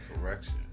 Correction